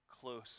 close